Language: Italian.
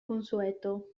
consueto